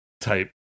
type